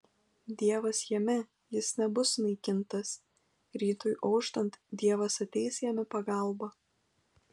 dievas jame jis nebus sunaikintas rytui auštant dievas ateis jam į pagalbą